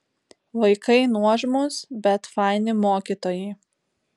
vaikai nuožmūs bet faini mokytojai